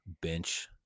bench